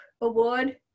award